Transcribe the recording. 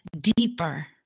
deeper